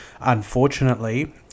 unfortunately